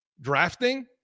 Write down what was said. Drafting